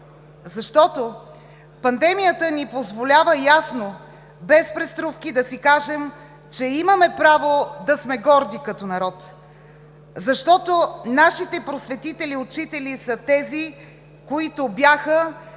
Защото пандемията ни позволява ясно, без преструвки, да си кажем, че имаме право да сме горди като народ! Защото нашите просветители и учители са тези, които бяха